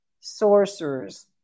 sorcerers